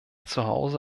zuhause